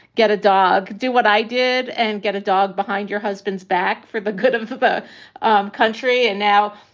get a dog, do what i did and get a dog behind your husband's back for the good of the ah um country. and now,